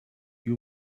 you